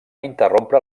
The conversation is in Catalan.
interrompre